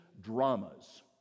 dramas